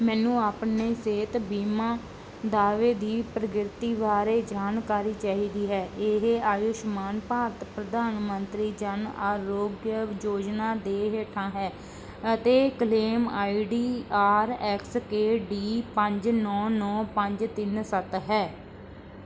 ਮੈਨੂੰ ਆਪਣੇ ਸਿਹਤ ਬੀਮਾ ਦਾਅਵੇ ਦੀ ਪ੍ਰਗਤੀ ਬਾਰੇ ਜਾਣਕਾਰੀ ਚਾਹੀਦੀ ਹੈ ਇਹ ਆਯੁਸ਼ਮਾਨ ਭਾਰਤ ਪ੍ਰਧਾਨ ਮੰਤਰੀ ਜਨ ਆਰੋਗਯ ਯੋਜਨਾ ਦੇ ਹੇਠਾਂ ਹੈ ਅਤੇ claim I D R X K D ਪੰਜ ਨੌਂ ਨੌਂ ਪੰਜ ਤਿੰਨ ਸੱਤ ਹੈ